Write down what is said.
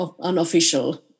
unofficial